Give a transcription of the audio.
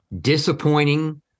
Disappointing